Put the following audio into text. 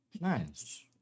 Nice